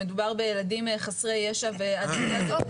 שמדובר בילדים חסרי ישע והדיון הזה לא, או.